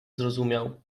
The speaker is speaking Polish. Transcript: zrozumiał